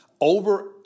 over